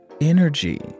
energy